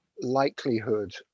likelihood